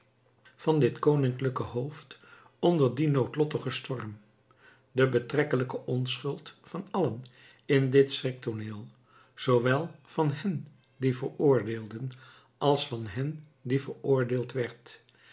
van dit koninklijke hoofd onder dien noodlottigen storm de betrekkelijke onschuld van allen in dit schriktooneel zoowel van hen die veroordeelden als van hem die veroordeeld werd dit